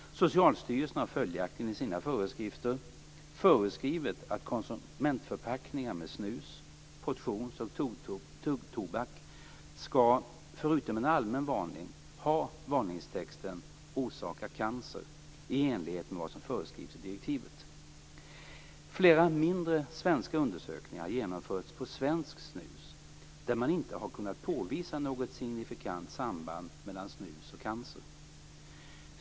Socialstyrelsen har följaktligen i sina föreskrifter föreskrivit att konsumentförpackningar med snus, portions och tuggtobak skall förutom en allmän varning ha varningstexten "orsakar cancer" i enlighet med vad som föreskrivs i direktivet. Flera mindre svenska undersökningar har genomförts på svenskt snus där man inte har kunnat påvisa något signifikant samband mellan snus och cancer.